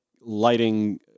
lighting